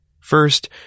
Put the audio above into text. First